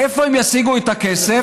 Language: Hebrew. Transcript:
מאיפה הן ישיגו את הכסף?